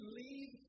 leave